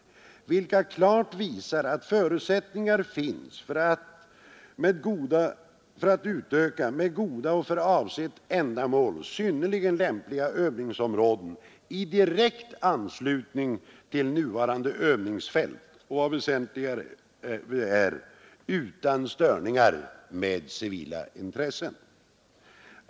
Det utredningsresultatet visar klart att förutsättningar finns för att utöka med goda och för avsett ändamål synnerligen lämpliga övningsområden i direkt anslutning till nuvarande övningsfält och, något som är väsentligt, utan störningar av Nr 157 civila intressen.